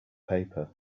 paper